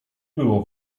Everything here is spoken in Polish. było